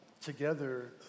together